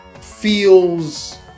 feels